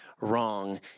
wrong